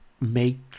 make